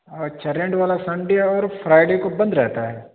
اچھا اچھا رینٹ والا سنڈے اور فرائیڈے کو بند رہتا ہے